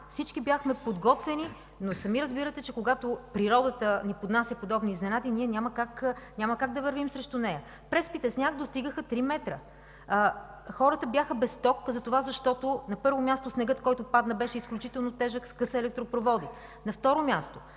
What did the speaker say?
всички бяхме подготвени, но сами разбирате, че когато природата ни поднася подобни изненади, ние няма как да вървим срещу нея. Преспите сняг достигаха 3 метра! Хората бяха без ток, защото, на първо място, снегът, който падна, беше изключително тежък и скъса електропроводи. На второ място,